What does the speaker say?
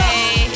Hey